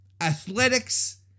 Athletics